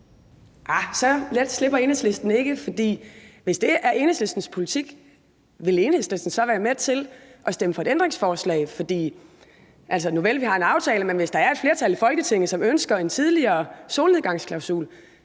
let slipper Enhedslisten ikke, for hvis det er Enhedslistens politik, vil Enhedslisten så være med at stemme for et ændringsforslag? For nuvel, vi har en aftale, men hvis der er et flertal i Folketinget, som ønsker en tidligere solnedgangsklausul,